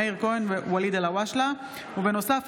מאיר כהן ווליד אלהואשלה בנושא: בלימת הקמתה של